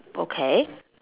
okay